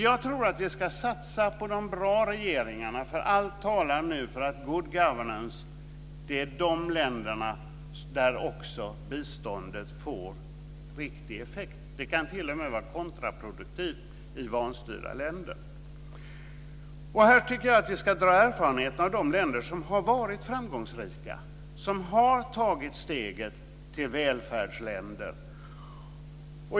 Jag tror att vi ska satsa på de bra regeringarna, för allt talar för att det är länderna med good governance där också biståndet får riktig effekt. Det kan t.o.m. vara kontraproduktivt i vanstyrda länder. Här tycker jag att vi ska dra erfarenheterna av de länder som har varit framgångsrika, som har tagit steget till välfärdsländer.